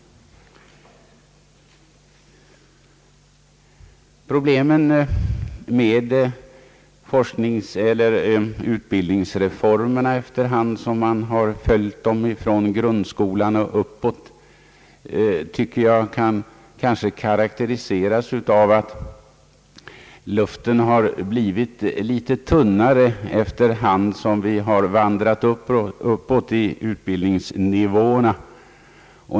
Problemen med utbildningsreformerna från grundskolan och uppåt tycker jag kan karakteriseras så att luften har blivit tunnare efter hand som vi vandrat uppåt i utbildningsnivåerna.